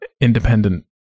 independent